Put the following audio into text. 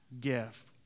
gift